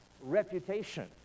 reputation